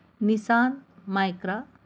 Nissan Micra